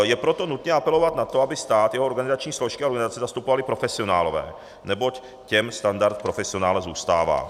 Je proto nutné apelovat na to, aby stát, jeho organizační složky a organizace zastupovali profesionálové, neboť těm standard profesionála zůstává.